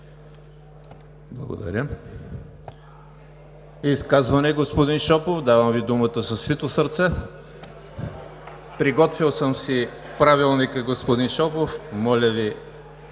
Благодаря. За изказване – господин Шопов. Давам Ви думата със свито сърце. (Оживление.) Приготвил съм си Правилника, господин Шопов. Моля Ви